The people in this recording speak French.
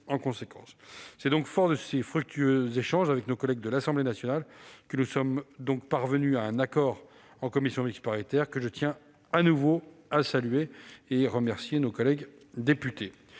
en conséquence. Forts de ces fructueux échanges avec nos collègues de l'Assemblée nationale, nous sommes parvenus à trouver un accord en commission mixte paritaire. Je tiens, de nouveau, à saluer et à remercier nos collègues députés.